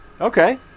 Okay